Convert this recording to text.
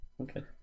Okay